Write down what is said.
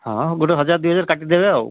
ହଁ ଗୋଟେ ହଜାର ଦୁଇ ହଜାର କାଟିଦେବେ ଆଉ